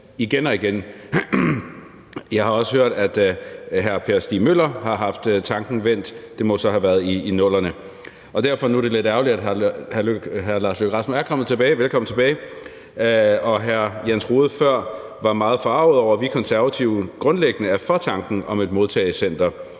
igen og igen. Jeg har også hørt, at Per Stig Møller har haft tanken vendt – det må så have været i 00'erne. Nu er det lidt ærgerligt, at hr. Lars Løkke Rasmussen – Lars Løkke Rasmussen er kommet tilbage, velkommen tilbage – og hr. Jens Rohde før var meget forarget over, at vi Konservative grundlæggende er for tanken om et modtagecenter,